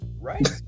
right